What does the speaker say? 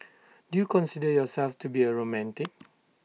do you consider yourself to be A romantic